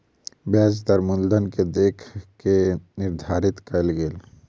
ब्याज दर मूलधन के देख के निर्धारित कयल गेल